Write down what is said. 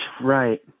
right